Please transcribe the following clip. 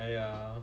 !aiya!